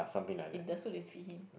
if the suit didn't fit him